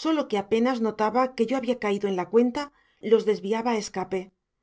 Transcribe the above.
sólo que apenas notaba que yo había caído en la cuenta los desviaba a escape